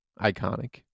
Iconic